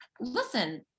listen